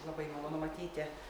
labai malonu matyti